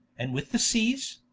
and with the seas,